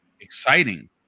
exciting